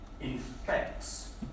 infects